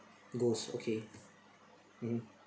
ghost okay mmhmm